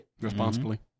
responsibly